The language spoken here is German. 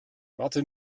warte